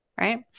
Right